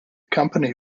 company